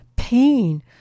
pain